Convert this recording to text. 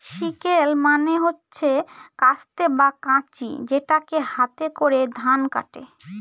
sickle মানে হচ্ছে কাস্তে বা কাঁচি যেটাকে হাতে করে ধান কাটে